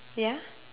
ya